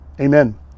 Amen